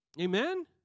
Amen